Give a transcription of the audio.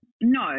No